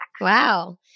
Wow